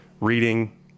reading